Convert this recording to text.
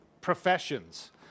professions